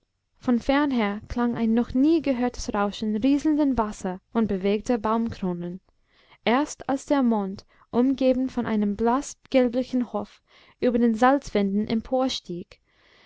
von fernher klang ein noch nie gehörtes rauschen rieselnder wasser und bewegter baumkronen erst als der mond umgeben von einem blaßgelblichen hof über den salzwänden